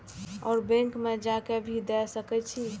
और बैंक में जा के भी दे सके छी?